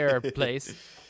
place